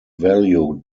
value